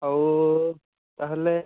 ଆଉ ତା'ହେଲେ